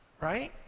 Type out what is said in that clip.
right